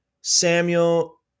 Samuel